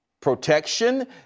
protection